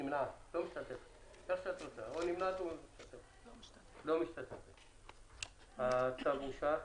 הצבעה הצו אושר.